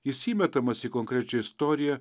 jis įmetamas į konkrečią istoriją